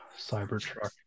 Cybertruck